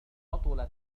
بطل